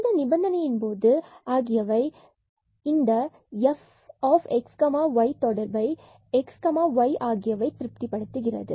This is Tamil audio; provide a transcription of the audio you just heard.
இந்த நிபந்தனையின் போது இந்த fxy தொடர்பை xy திருப்திபடுத்துகிறது